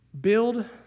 Build